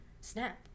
snap